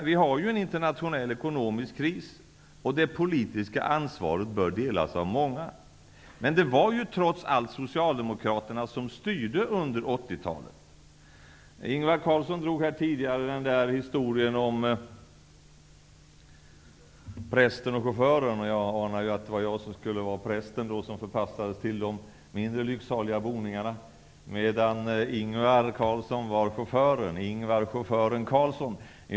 Vi har ju en internationell ekonomisk kris, och det politiska ansvaret bör delas av många. Men det var trots allt Ingvar Carlsson drog tidigare historien om prästen och chauffören. Jag anar att det var jag som skulle vara prästen som förpassades till de mindre lycksaliga boningarna, medan Ingvar Carlsson var chauffören. Ingvar ''Chauffören'' Carlsson.